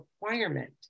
requirement